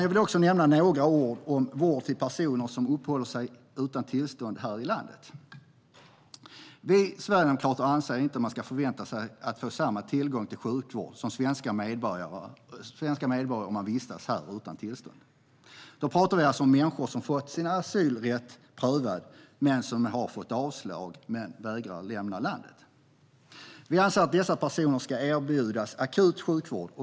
Jag vill också nämna några ord om vård till personer som uppehåller sig utan tillstånd här i landet. Vi sverigedemokrater anser inte att man ska förvänta sig att få samma tillgång till sjukvård som svenska medborgare, om man vistas här utan tillstånd. Då talar jag alltså om människor som har fått sin asylrätt prövad, har fått avslag och som vägrar att lämna landet. Vi anser att dessa personer ska erbjudas akut sjukvård.